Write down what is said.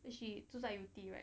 she 住在 yew tee right